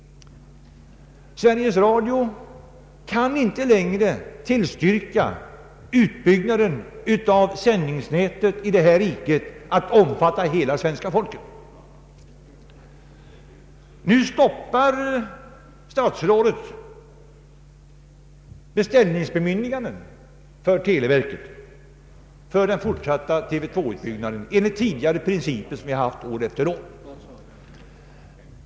Sveriges Radio kan inte längre tillstyrka utbyggnaden av sändningsnätet i riket att omfatta hela svenska folket. Nu stoppar statsrådet beställningsbemyndigandena för televerket för den fortsatta TV 2-utbyggnaden enligt de principer som vi tidigare haft år efter år.